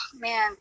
man